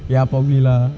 ya probably